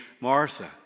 Martha